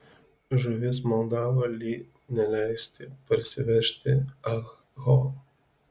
žuvis maldavo li neleisti parsivežti ah ho